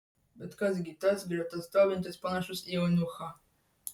bet kas gi tas greta stovintis panašus į eunuchą